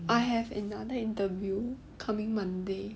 I have another interview coming monday